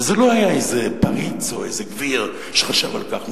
וזה לא היה איזה פריץ או איזה גביר שחשב על כך,